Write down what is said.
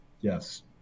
yes